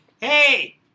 hey